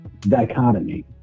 dichotomy